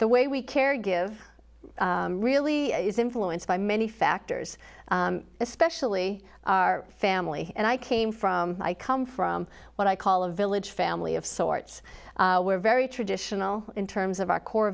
the way we carry give really is influenced by many factors especially our family and i came from i come from what i call a village family of sorts we're very traditional in terms of our core